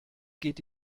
geht